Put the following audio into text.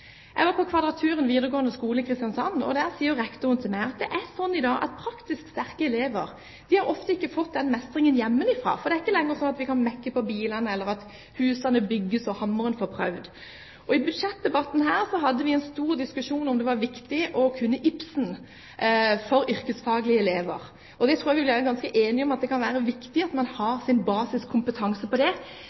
Jeg var på Kvadraturen videregående skole i Kristiansand. Der sier rektoren til meg at det i dag er sånn at praktisk sterke elever ofte ikke har fått mestring hjemmefra, for det er ikke lenger sånn at vi kan mekke på bilene, eller at husene bygges slik at man får prøve hammeren. I budsjettdebatten hadde vi en stor diskusjon om det for yrkesfaglige elever var viktig å kunne Ibsen. Jeg tror vi kan være ganske enige om at det kan være viktig at man har basiskompetanse om det. Men enda mer bekymret, statsråd, er jeg for at ikke diskusjonen da går på: Er det